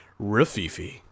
Rafifi